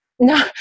No